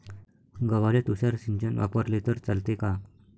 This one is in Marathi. गव्हाले तुषार सिंचन वापरले तर चालते का?